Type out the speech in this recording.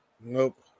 Nope